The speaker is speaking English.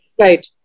Right